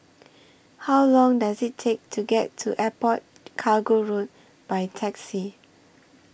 How Long Does IT Take to get to Airport Cargo Road By Taxi